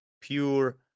pure